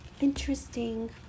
interesting